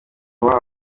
wubaha